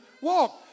walk